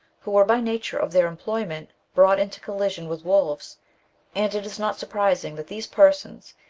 who were by nature of their employment, brought into collision with wolves and it is not surprising that these persons,